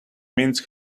mince